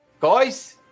guys